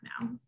now